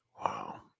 Wow